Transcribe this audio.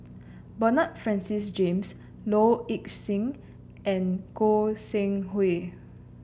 Bernard Francis James Low Ing Sing and Goi Seng Hui